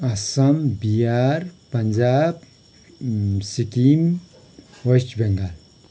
Assam Bihar Punjab Sikkim West Bengal